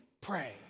Pray